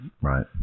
right